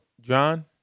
John